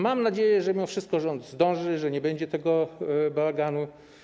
Mam nadzieję, że mimo wszystko rząd zdąży, że nie będzie bałaganu.